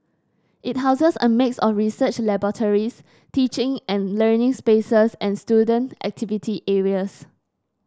it houses a mix of research laboratories teaching and learning spaces and student activity areas